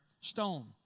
stone